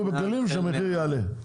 הם יעמדו בכללים כשהמחיר יעלה.